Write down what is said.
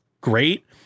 great